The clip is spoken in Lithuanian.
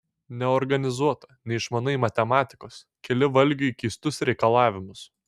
neorganizuota neišmanai matematikos keli valgiui keistus reikalavimus